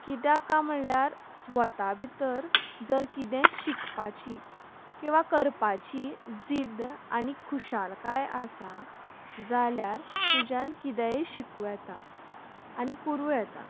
कित्याक काय म्हणल्यार स्वता भितर जर कितें शिकपाची किंवा करपाची जिद्द आनी खुशालकाय आसा जाल्यार तुज्यान कितेय शिकूं येता आनी करूं येता